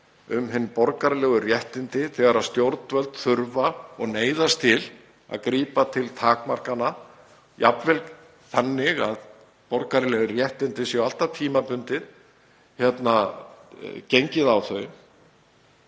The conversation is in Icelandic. um hin borgaralegu réttindi þegar stjórnvöld þurfa og neyðast til að grípa til takmarkana, jafnvel þannig að borgaraleg réttindi séu alltaf tímabundin eða gengið á þau?